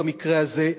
במקרה הזה,